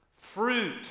fruit